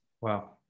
Wow